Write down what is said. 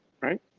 right